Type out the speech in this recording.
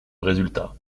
résultat